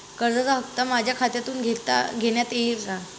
कर्जाचा हप्ता माझ्या खात्यातून घेण्यात येईल का?